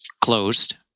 closed